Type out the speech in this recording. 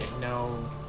No